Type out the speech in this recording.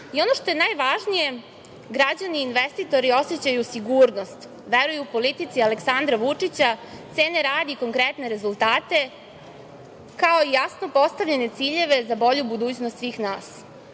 i ono što je najvažnije, građani investitori osećaju sigurnost, veruju politici Aleksandra Vučića, cene rad i konkretne rezultate, kao i jasno postavljene ciljeve za bolju budućnost svih nas. Na